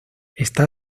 está